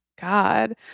God